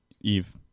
Eve